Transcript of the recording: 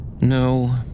No